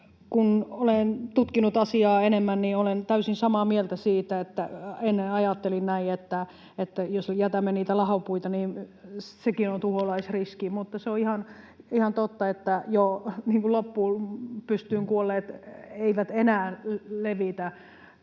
kun olen tutkinut asiaa enemmän, niin olen täysin samaa mieltä. Ennen ajattelin näin, että jos jätämme niitä lahopuita, niin sekin on tuholaisriski, mutta se on ihan totta, joo, että pystyyn kuolleet eivät enää levitä